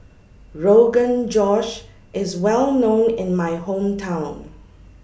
Rogan Josh IS Well known in My Hometown